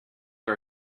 our